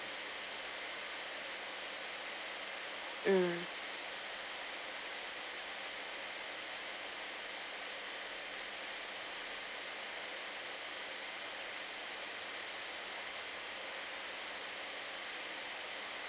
mm